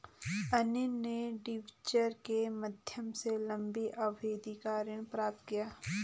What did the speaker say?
अनिल ने डिबेंचर के माध्यम से लंबी अवधि का ऋण प्राप्त किया